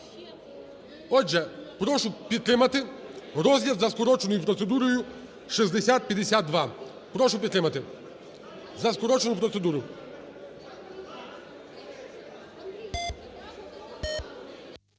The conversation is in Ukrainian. Отже, прошу підтримати розгляд за скороченою процедурою 6052.